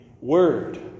word